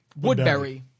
Woodbury